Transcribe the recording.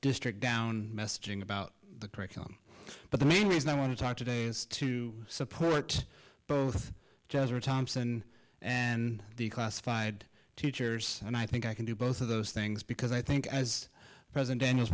district down messaging about the curriculum but the main reason i want to talk today is to support both jazzer thompson and the classified teachers and i think i can do both of those things because i think as president